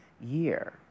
year